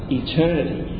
eternity